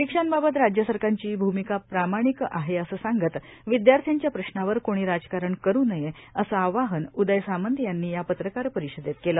परिक्षांबाबत राज्य सरकारची भूमिका प्रामाणिक आहे असं सांगत विद्यार्थ्यांच्या प्रश्नावर कोणी राजकारण करू नये असं आवाहन उदय सामंत यांनी या पत्रकारपरिषदेत केलं